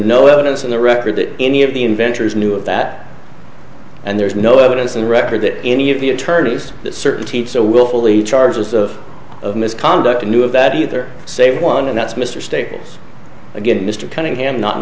no evidence in the record that any of the inventors knew of that and there is no evidence and record that any of the attorneys that certainty so willfully charges of misconduct knew of that either say one and that's mr staples again mr cunningham not an